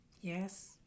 Yes